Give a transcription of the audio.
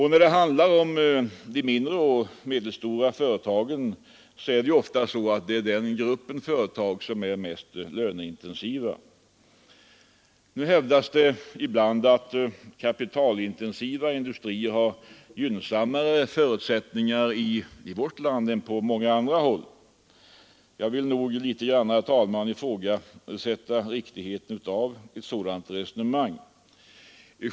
De mindre och medelstora företagen hör ofta till den grupp som är mest löneintensiv. Det hävdas ibland att kapitalintensiva industrier har gynnsammare förutsättningar i vårt land än på många andra håll. Jag vill nog, herr talman, ifrågasätta riktigheten av ett sådant resonemang.